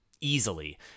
Easily